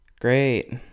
Great